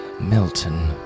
Milton